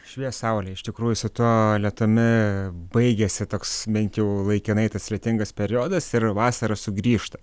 švies saulė iš tikrųjų su tuo lietumi baigėsi toks bent jau laikinai tas lietingas periodas ir vasara sugrįžta